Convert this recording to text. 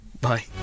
Bye